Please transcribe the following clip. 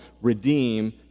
redeem